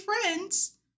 friends